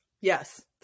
Yes